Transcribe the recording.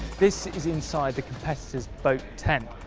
this is inside the competitors' boat tent.